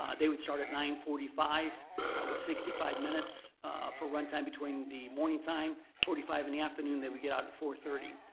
they would start at nine forty five with sixty five minutes for run time between the morning time. forty five in the afternoon. they would get out at four thirty.